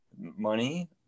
money